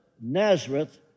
Nazareth